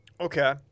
Okay